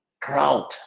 crowd